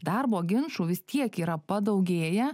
darbo ginčų vis tiek yra padaugėję